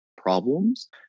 problems